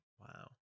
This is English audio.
wow